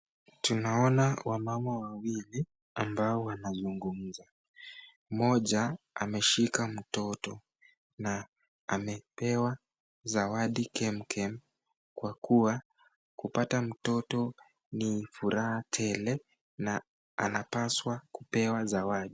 Tunaona wamama wawili ambao wanazungumza, mmoja ameshika mtoto na amepewa zawadi chemchem, kwa kuwa kupata mtoto ni furaha tele na anapaswa kupewa zawadi.